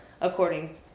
According